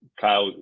Kyle